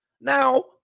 Now